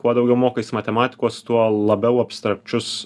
kuo daugiau mokais matematikos tuo labiau abstrakčius